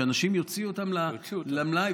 שאנשים יוציאו אותן לשוק,